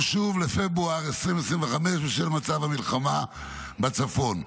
שוב לפברואר 2025 בשל מצב המלחמה בצפון.